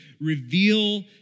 reveal